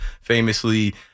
Famously